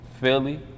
Philly